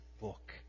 book